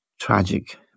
tragic